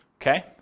okay